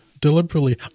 deliberately